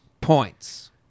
points